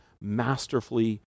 masterfully